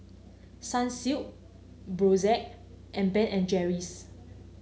Sunsilk Brotzeit and Ben and Jerry's